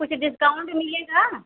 कुछ डिस्काउंट मिलेगा